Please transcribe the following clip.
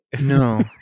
No